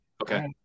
okay